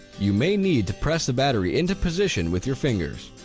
you may need to press the battery into position with your fingers.